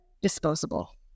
disposable